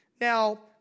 Now